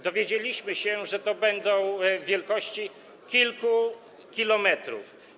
Dowiedzieliśmy się, że to będą wielkości rzędu kilku kilometrów.